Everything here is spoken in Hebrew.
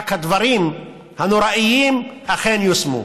רק הדברים הנוראיים כן יושמו.